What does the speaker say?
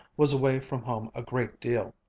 was away from home a great deal.